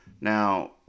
Now